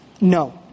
no